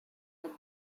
the